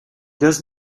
does